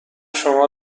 شما